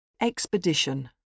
expedition